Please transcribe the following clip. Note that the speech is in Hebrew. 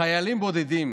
שחיילים בודדים